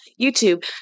YouTube